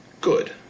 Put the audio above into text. Good